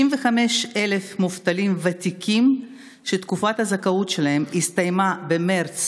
55,000 מובטלים ותיקים שתקופת הזכאות שלהם הסתיימה במרץ